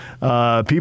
people